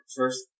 first